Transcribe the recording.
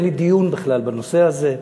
אני אין לי דיון בכלל בנושא הזה,